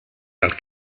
tal